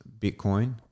Bitcoin